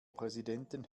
präsidenten